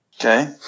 Okay